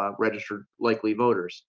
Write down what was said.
ah registered likely voters